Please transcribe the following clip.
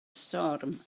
storm